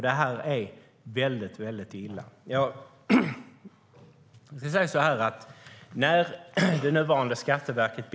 Det är väldigt illa.